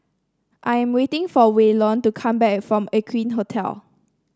I am waiting for Waylon to come back from Aqueen Hotel